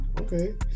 okay